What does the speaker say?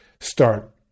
start